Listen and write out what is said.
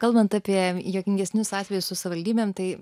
kalbant apie juokingesnius atvejus su savivaldybėm tai